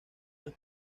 las